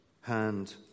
hand